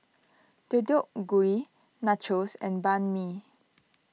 Deodeok Gui Nachos and Banh Mi